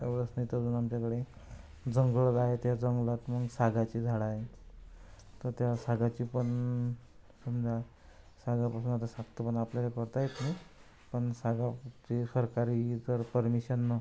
एवढंच नाही तर अजून आमच्याकडे जंगल आहे त्या जंगलातून सागाची झाडं आहेत तर त्या सागाची पण समजा सागापासून आता साधते पण आपल्याला पळता येत नाही पण सागाचे सरकारी जर परमिशन